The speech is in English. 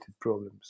problems